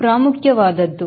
Thrust ಪ್ರಮುಖವಾದದ್ದು